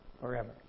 forever